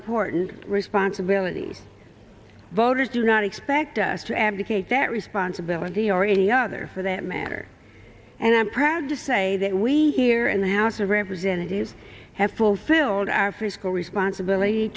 important responsibilities voters do not expect us to abdicate that responsibility or any other for that matter and i'm proud to say that we here in the house of representatives have fulfilled our fiscal responsibility